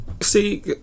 See